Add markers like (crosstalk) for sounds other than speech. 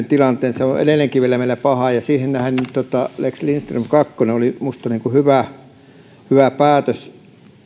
(unintelligible) tilanteen se on on edelleenkin meillä paha ja siihen nähden lex lindström kakkonen oli minusta hyvä hyvä päätös